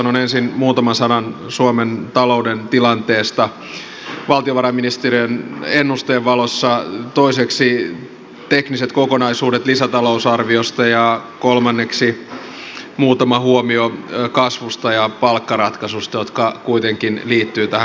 sanon ensin muutaman sanan suomen talouden tilanteesta valtiovarainministeriön ennusteen valossa toiseksi tekniset kokonaisuudet lisätalousarviosta ja kolmanneksi muutama huomio kasvusta ja palkkaratkaisusta jotka kuitenkin liittyvät tähän kokonaisuuteen